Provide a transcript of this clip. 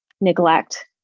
neglect